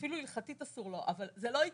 אפילו הלכתית אסור לו, אבל זה לא ייקרה,